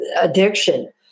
addiction